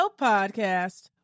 podcast